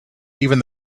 even